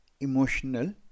emotional